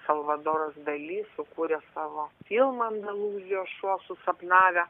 salvadoras dali sukūrė savo filmą andalūzijos šuo susapnavę